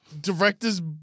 director's